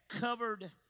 Covered